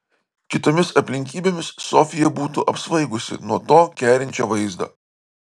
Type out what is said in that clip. kitomis aplinkybėmis sofija būtų apsvaigusi nuo to kerinčio vaizdo